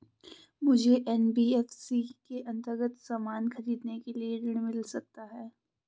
मुझे एन.बी.एफ.सी के अन्तर्गत सामान खरीदने के लिए ऋण मिल सकता है?